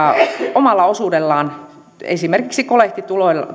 omalla osuudellaan esimerkiksi kolehtituloilla